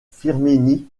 firminy